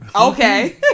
Okay